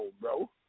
bro